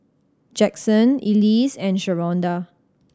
Jaxson Elise and Sharonda